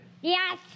Yes